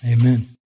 Amen